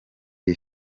iyi